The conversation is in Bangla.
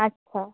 আচ্ছা